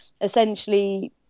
essentially –